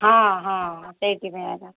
ହଁ ହଁ ସେଇଥି ପାଇଁ ଏକା